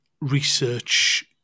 research